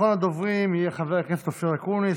אחרון הדוברים יהיה חבר הכנסת אופיר אקוניס.